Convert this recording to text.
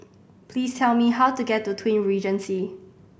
please tell me how to get to Twin Regency